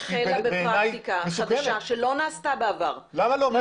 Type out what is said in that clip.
זאת גישה חדשה שלא נעשתה בעבר.